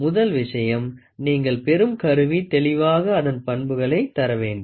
முதல் விஷயம் நீங்கள் பெறும் கருவி தெளிவாக அதன் பண்புகளை தரவேண்டும்